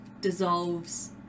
dissolves